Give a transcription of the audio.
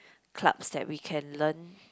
clubs that we can learned